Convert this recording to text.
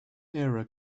era